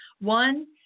One